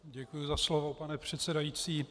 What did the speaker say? Děkuji za slovo, pane předsedající.